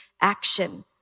action